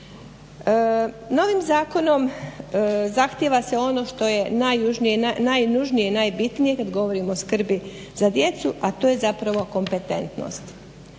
Novim zakonom zahtijeva se ono što je najnužnije i najbitnije kad govorimo o skrbi za djecu a to je zapravo kompetentnost.